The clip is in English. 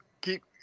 keep